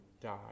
die